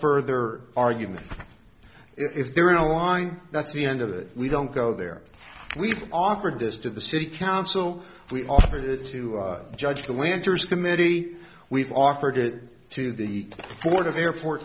further argument if they're in a line that's the end of it we don't go there we've offered this to the city council we've offered it to judge the winters committee we've offered it to the board of airpor